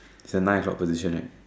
it's a nine o-clock position right